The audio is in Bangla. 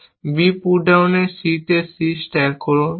b পুটডাউন c তে c স্ট্যাক করুন